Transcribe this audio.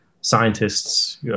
scientists